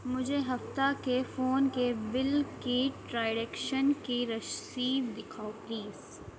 مجھے ہفتہ کے فون کے بل کی کی رسید دکھاؤ پلیز